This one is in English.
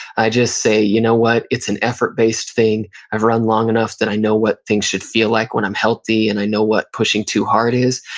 i just say, you know what? it's an effort based thing. i've run long enough that i know what things should feel like when i'm healthy and i know what pushing too hard is,